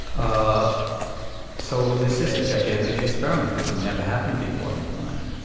ah so this is a gigantic experiment. it's never happened before on the planet.